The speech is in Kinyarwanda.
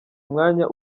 umwanya